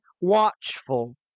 watchful